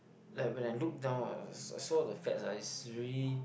like when I look down eh I I saw the fats ah is really